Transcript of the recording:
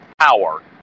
power